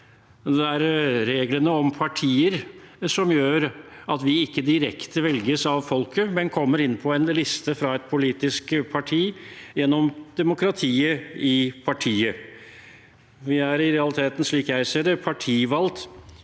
Det er reglene om partier som gjør at vi ikke direkte velges av folket, men kommer inn på en liste fra et politisk parti gjennom demokratiet i partiet. Vi er i realiteten, slik jeg ser det, partivalgt,